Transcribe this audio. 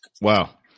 Wow